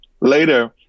later